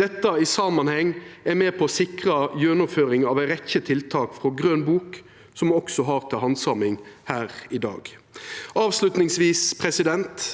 dette i samanheng er med på å sikra gjennomføring av ei rekkje tiltak frå grøn bok, som me også har til handsaming her i dag. Avslutningsvis